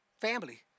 family